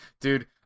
dude